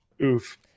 Oof